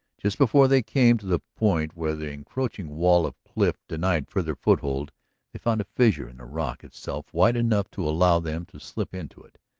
just before they came to the point where the encroaching wall of cliff denied farther foothold they found a fissure in the rock itself wide enough to allow them to slip into it.